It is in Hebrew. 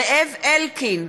זאב אלקין,